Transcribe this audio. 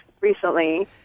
recently